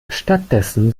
stattdessen